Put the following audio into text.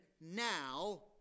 now